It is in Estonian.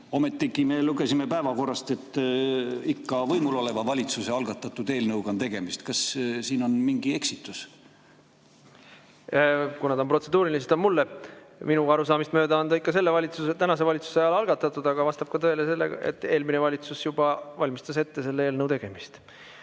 Ometigi me lugesime päevakorrast, et ikka võimul oleva valitsuse algatatud eelnõuga on tegemist. Kas siin on mingi eksitus? Kuna see on protseduuriline, siis see on mulle. Minu arusaamist mööda on ta ikka selle valitsuse, tänase valitsuse ajal algatatud. Aga vastab ka tõele, et eelmine valitsus juba valmistas ette selle eelnõu tegemist.